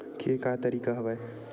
के का तरीका हवय?